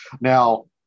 Now